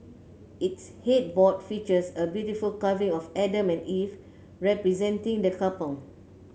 its headboard features a beautiful carving of Adam and Eve representing the couple